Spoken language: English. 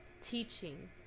teaching